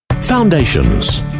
Foundations